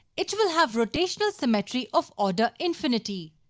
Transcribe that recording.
it will have rotational symmetry of order infinity.